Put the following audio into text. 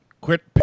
quit